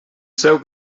seu